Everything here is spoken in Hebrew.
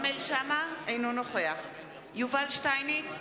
אינו נוכח יובל שטייניץ,